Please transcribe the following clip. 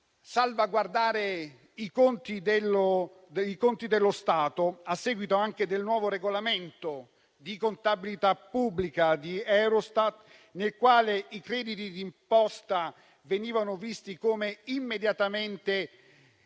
salvaguardare i conti dello Stato, a seguito anche del nuovo regolamento di contabilità pubblica di Eurostat, nel quale i crediti d'imposta venivano visti immediatamente